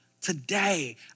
Today